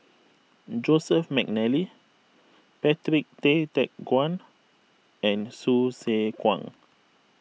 Joseph McNally Patrick Tay Teck Guan and Hsu Tse Kwang